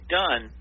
done